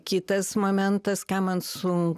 kitas momentas ką man su